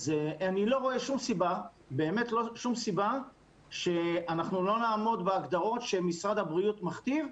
אז אני לא רואה שום סיבה שאנחנו לא נעמוד בהגדרות שמשרד הבריאות מכתיב.